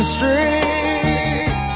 Street